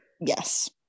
Yes